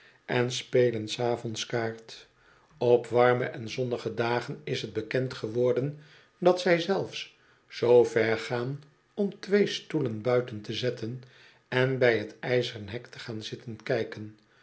on spelen s avonds kaart op warme en zonnige dagen is t bekend geworden dat zij zelfs zoo ver gaan om twee stoelen buiten te zetten en bij t ijzeren hek te gaan zitten kijken